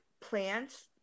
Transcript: plants